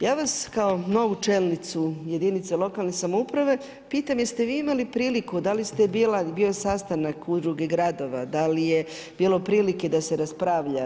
Ja vas kao novu čelnicu jedinice lokalne samouprave pitam jeste vi imali priliku, da li ste, bila, bio je sastanak udruge gradova, da li je bilo prilike da se raspravlja?